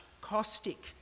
caustic